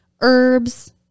herbs